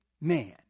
man